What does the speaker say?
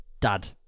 dad